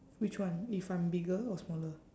which one if I'm bigger or smaller